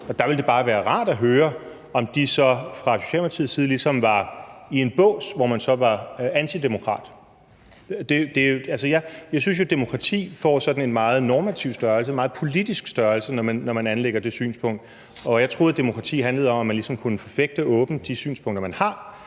og der vil det bare være rart at høre, om de fra Socialdemokratiets side ligesom bliver sat i bås som værende antidemokrater. Jeg synes jo, at demokrati får sådan en meget normativ størrelse, en meget politisk størrelse, når man anlægger det synspunkt, og jeg troede, at demokrati handlede om, at man ligesom kunne forfægte åbent de synspunkter, man har.